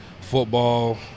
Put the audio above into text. football